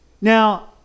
Now